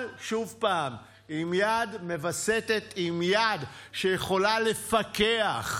אבל עוד פעם, עם יד מווסתת, עם יד שיכולה לפקח.